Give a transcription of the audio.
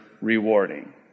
rewarding